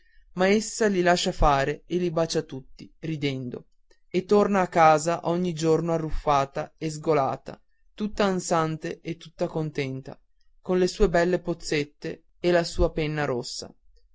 essa li lascia fare e li bacia tutti ridendo e ogni giorno ritorna a casa arruffata e sgolata tutta ansante e tutta contenta con le sue belle pozzette e la sua penna rossa